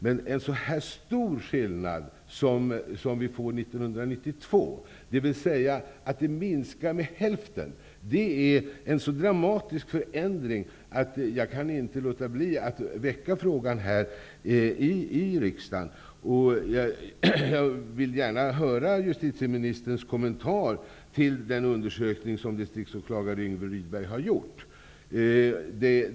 Men en sådan här stor skillnad som vi får för år 1992, dvs. att de beviljade ansökningarna minskar med hälften, är en så dramatisk förändring att jag inte kan låta bli att ställa frågan här i riksdagen. Jag vill gärna höra justitieministerns kommentar till den undersökning som distriktsåklagare Yngve Rydberg har gjort.